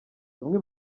bamwe